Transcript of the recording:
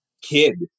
kid